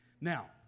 Now